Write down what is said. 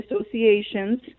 associations